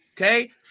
Okay